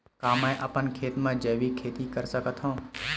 का मैं अपन खेत म जैविक खेती कर सकत हंव?